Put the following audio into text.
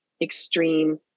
extreme